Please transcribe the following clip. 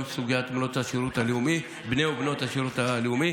גם בסוגיית בני ובנות השירות הלאומי.